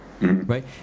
Right